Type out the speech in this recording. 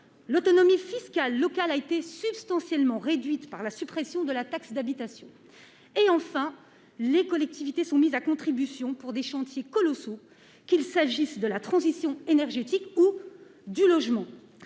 l'autonomie fiscale locale a été substantiellement réduite par la suppression de la taxe d'habitation et enfin les collectivités sont mises à contribution pour des chantiers colossaux qu'il s'agisse de la transition énergétique ou du logement,